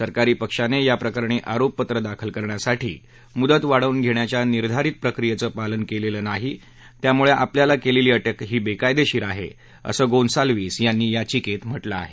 सरकारी पक्षाने याप्रकरणी आरोपपत्र दाखल करण्यासाठी मुदत वाढवून घेण्याच्या निर्धारित प्रक्रियेचं पालन केलेलं नाही त्यामुळे आपल्याला केलेली अाऊ ही बेकायदेशीर आहे असं गोन्साल्विस यांनी याचिकेत म्हा जिं आहे